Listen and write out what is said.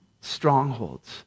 strongholds